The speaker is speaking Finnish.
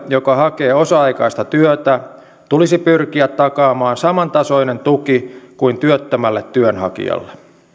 joka hakee osa aikaista työtä tulisi pyrkiä takaamaan samantasoinen tuki kuin työttömälle työnhakijalle